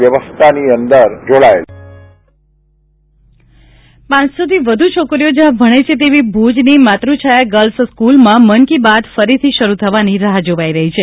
પ્રધાનમંત્રી મન કી બાત પાંચસોથી વધુ છોકરીઓ જ્યાં ભણે છે તેવી ભુજની માતૃછાયા ગર્લ્સ સ્કુલમાં મન કી બાત ફરીથી શરૂ થવાની રાહ જોવાઇ રહી છે